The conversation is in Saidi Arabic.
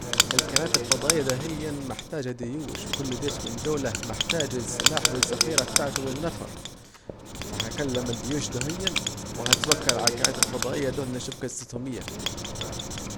الكائنات الفضائية دهين محجتاجة ديوش وكل ديش من دوله محتاج السلاح والزخيرة بتاعته، والنفر فهكلم الديوش دهين وهتوكل على الكائنات الفضائية دهين اشوف جصتهم ايه